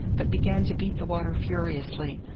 but began to beat the water furiously,